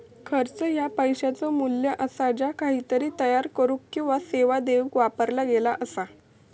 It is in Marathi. खर्च ह्या पैशाचो मू्ल्य असा ज्या काहीतरी तयार करुक किंवा सेवा देऊक वापरला गेला असा